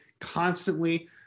constantly